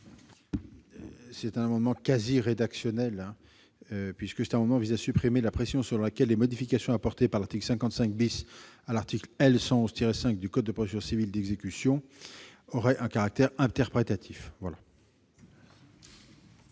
d'un amendement quasi rédactionnel. Il vise en effet à supprimer la précision selon laquelle les modifications apportées par l'article 55 à l'article L. 111-5 du code des procédures civiles d'exécution auraient un caractère interprétatif.